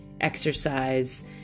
exercise